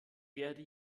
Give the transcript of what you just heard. werde